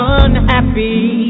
unhappy